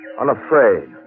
Unafraid